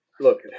look